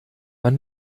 man